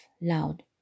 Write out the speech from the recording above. loud